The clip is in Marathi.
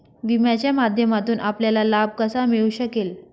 विम्याच्या माध्यमातून आपल्याला लाभ कसा मिळू शकेल?